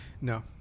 No